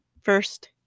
first